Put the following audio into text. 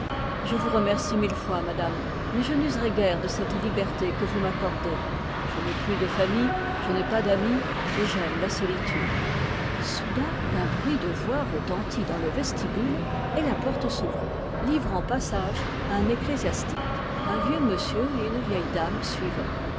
je vous remercie mille fois madame mais je n'userai guère de cette liberté que vous m'accordez je n'ai plus de famille je n'ai pas d'amis et j'aime la solitude soudain un bruit de voix retentit dans le vestibule et la porte s'ouvrit livrant passage à un ecclésiastique un vieux monsieur et une vieille dame suivaient